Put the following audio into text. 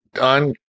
on